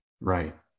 Right